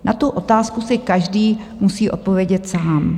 Na tu otázku si každý musí odpovědět sám.